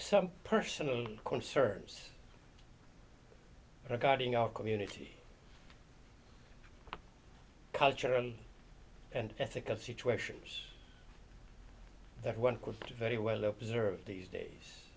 some personal concerns regarding our community cultural and ethical situations that one could very well observe these days